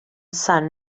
son